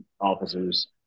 officers